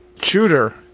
Shooter